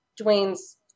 Dwayne's